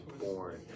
born